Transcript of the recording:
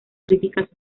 críticas